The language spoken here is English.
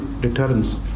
deterrence